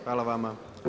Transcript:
Hvala vama.